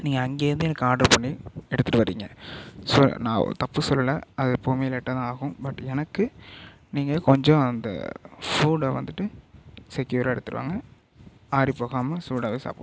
நீங்கள் அங்கேயேருந்து எனக்கு ஆர்டர் பண்ணி எடுத்துட்டு வரீங்க ஸோ நான் தப்பு சொல்லலை அது எப்போவுமே லேட்டாக தான் ஆகும் பட் எனக்கு நீங்கள் கொஞ்சம் அந்த ஃபுட்டை வந்துட்டு செக்யூராக எடுத்துட்டு வாங்க ஆறி போகாமல் சூடாகவே சாப்பிடணும்